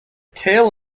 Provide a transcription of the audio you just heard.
tail